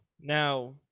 now